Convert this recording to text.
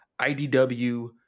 IDW